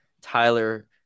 Tyler